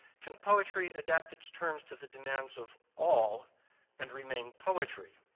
can poetry adapt its terms to the demands of all and remain poetry?